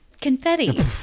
confetti